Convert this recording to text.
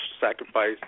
sacrifice